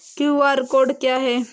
QR code क्या है?